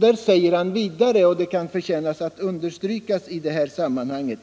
Där säger han vidare, och det förtjänar att understrykas i detta sammanhang,